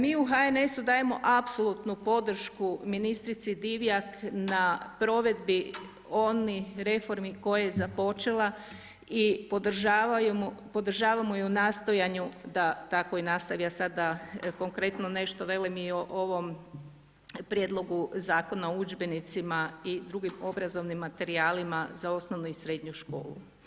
Mi u HNS-u dajemo apsolutnu podršku ministrici Divjak na provedbi onih reformi koje je započela i podržavamo ju u nastojanju, da tako i nastavi, a sada konkretno nešto velim i o ovom prijedlogu zakonu udžbenicima i drugim obrazovnim materijalima za osnovnu i srednju školu.